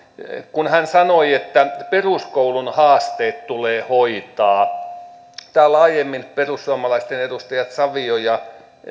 kun hän sanoi että peruskoulun haasteet tulee hoitaa täällä aiemmin perussuomalaisten edustajat savio ja